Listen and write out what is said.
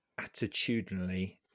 attitudinally